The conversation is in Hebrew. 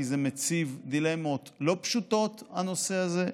כי זה מציב דילמות לא פשוטות, הנושא הזה,